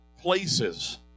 places